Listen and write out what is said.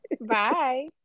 Bye